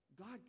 God